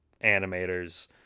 animators